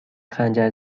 خنجر